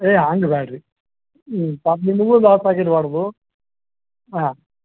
ಏಯ್ ಹಂಗೆ ಬೇಡ್ರಿ ಹ್ಞೂ ಪಾಪ ನಿಮಗೂ ಲಾಸ್ ಆಗಿರಬಾರ್ದು ಹಾಂ